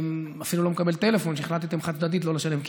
אפילו לא מקבל טלפון שהם החליטו חד-צדדית לא לשלם כסף.